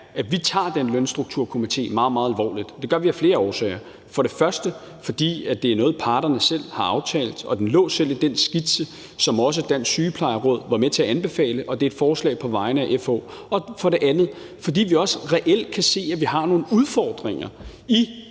at vi tager den lønstrukturkomité meget, meget alvorligt, og det gør vi af flere årsager. Det gør vi for det første, fordi det er noget, parterne selv har aftalt, og den lå selv i den skitse, som også Dansk Sygeplejeråd var med til at anbefale, og det er et forslag på vegne af FH, og for det andet, fordi vi også reelt kan se, at vi har nogle udfordringer i